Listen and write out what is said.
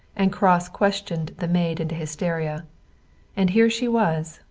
and cross-questioned the maid into hysteria and here she was,